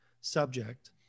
subject